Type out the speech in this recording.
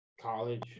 College